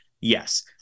yes